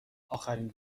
آخرین